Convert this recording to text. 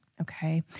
okay